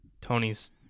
tony's